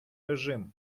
режим